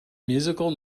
musical